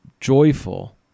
joyful